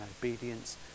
obedience